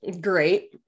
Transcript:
great